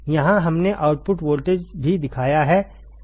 यहां हमने output voltage भी दिखाया है